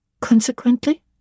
consequently